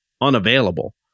unavailable